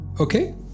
Okay